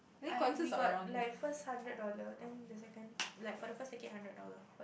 I we got like first hundred dollar then the second like for the first second hundred dollar